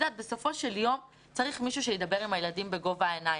בסופו של יום צריך מישהו שידבר עם הילדים בגובה העיניים.